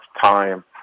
time